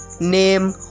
name